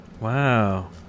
Wow